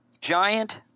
Giant